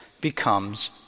becomes